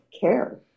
care